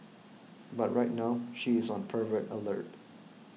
but right now she is on pervert alert